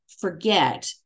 forget